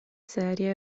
serie